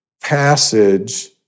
passage